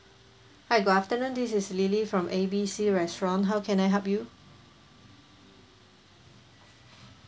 hi good afternoon this is lily from A B C restaurant how can I help you